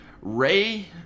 Ray